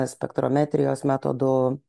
spektrometrijos metodų